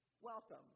Welcome